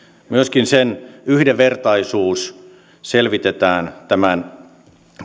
myöskin sen yhdenvertaisuus selvitetään tämän